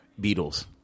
Beatles